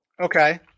Okay